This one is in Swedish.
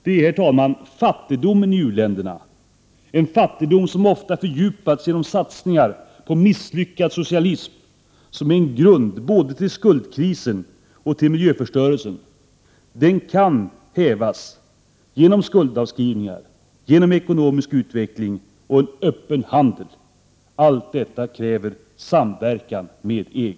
Det är, herr talman, fattigdomen i u-länderna — en fattigdom som ofta fördjupas genom satsningar på misslyckad socialism — som är grund både till skuldkrisen och till miljöförstörelsen. Detta kan hävas genom skuldavskrivningar, ekonomisk utveckling och öppen handel. Allt detta kräver samverkan med EG.